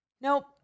Nope